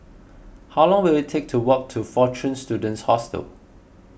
how long will it take to walk to fortune Students Hostel